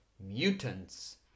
mutants